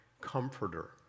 comforter